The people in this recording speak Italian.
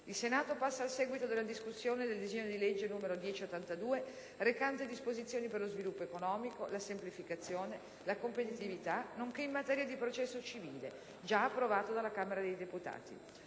3 marzo 2009 Seguito della discussione del disegno di legge: (1082) Disposizioni per lo sviluppo economico, la semplificazione, la competitivita` nonche´ in materia di processo civile (Approvato dalla Camera dei deputati)